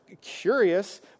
curious